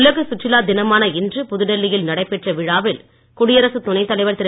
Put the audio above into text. உலக சுற்றுலா தினமான இன்று புதுடில்லியில் நடைபெற்ற விழாவில் குடியரசுத் துணைத் தலைவர் திரு